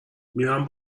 میرم